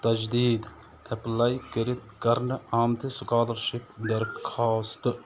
تجدیٖد ایٚپلاے کٔرِتھ کرنہٕ آمتِس سُکالرشِپ درخوٛاست